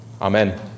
Amen